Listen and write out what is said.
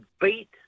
beat